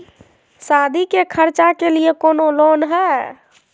सादी के खर्चा के लिए कौनो लोन है?